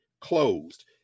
closed